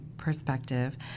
perspective